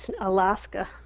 Alaska